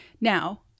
now